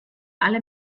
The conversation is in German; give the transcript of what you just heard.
alle